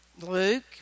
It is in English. Luke